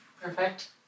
Perfect